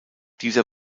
dieser